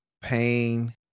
pain